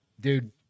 dude